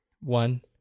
One